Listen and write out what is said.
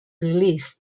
released